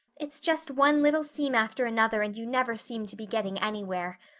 it's just one little seam after another and you never seem to be getting anywhere.